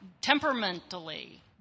temperamentally